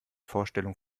vorstellung